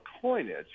coinage